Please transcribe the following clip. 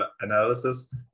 analysis